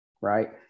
right